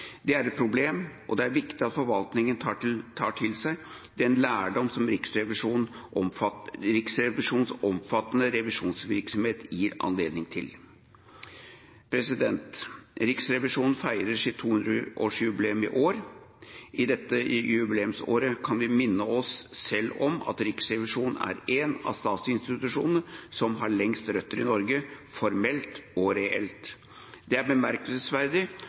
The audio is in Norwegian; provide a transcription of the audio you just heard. Det er et problem, og det er viktig at forvaltningen tar til seg den lærdom som Riksrevisjonens omfattende revisjonsvirksomhet gir anledning til. Riksrevisjonen feirer sitt 200-årsjubileum i år. I dette jubileumsåret kan vi minne oss selv om at Riksrevisjonen er en av statsinstitusjonene som har lengst røtter i Norge – formelt og reelt. Det er bemerkelsesverdig